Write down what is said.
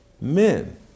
men